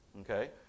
Okay